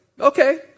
Okay